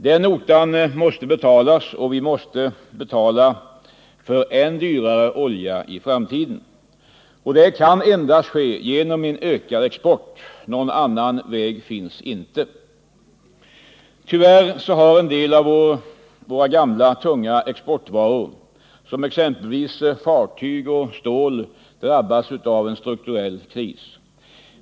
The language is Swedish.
Den notan måste betalas, och vi måste betala för än dyrare olja i framtiden. Det kan endast ske genom en ökad export — någon annan väg finns inte. Tyvärr har en del av våra gamla tunga exportvaror, exempelvis fartyg och stål, drabbats av en strukturell kris.